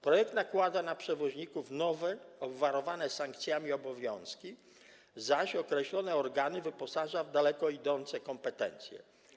Projekt nakłada na przewoźników nowe, obwarowane sankcjami, obowiązki, zaś określone organy wyposaża w daleko idące kompetencje.